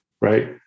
right